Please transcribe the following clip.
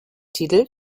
titel